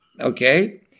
okay